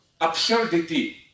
absurdity